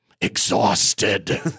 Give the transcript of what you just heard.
exhausted